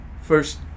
first